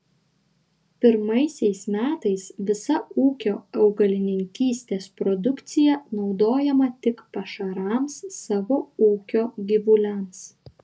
pirmaisiais metais visa ūkio augalininkystės produkcija naudojama tik pašarams savo ūkio gyvuliams